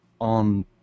on